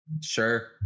Sure